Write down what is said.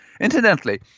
Incidentally